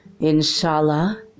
Inshallah